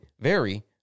vary